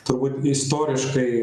turbūt istoriškai